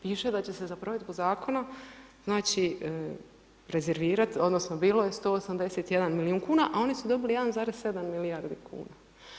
Piše da će se za provedbu zakona rezervirati odnosno bilo je 181 milijun kuna a oni su dobili 1,7 milijardi kuna.